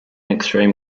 extreme